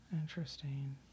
Interesting